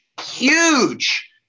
huge